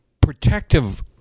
protective